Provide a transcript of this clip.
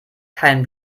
kein